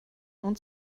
und